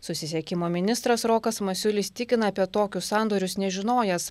susisiekimo ministras rokas masiulis tikina apie tokius sandorius nežinojęs